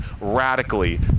radically